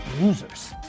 Losers